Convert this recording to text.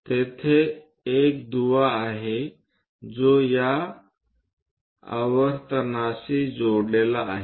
तेथे एक दुवा आहे जो या आवर्तनाशी जोडलेला आहे